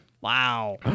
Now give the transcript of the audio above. Wow